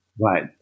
Right